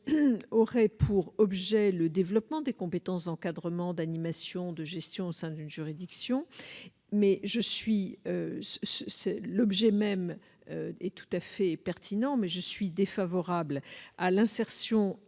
je suis défavorable à l'instauration